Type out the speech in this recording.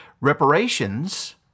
Reparations